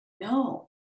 no